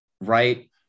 right